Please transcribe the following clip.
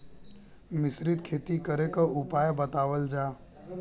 मिश्रित खेती करे क उपाय बतावल जा?